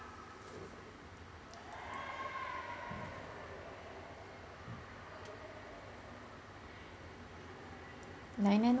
nine nine one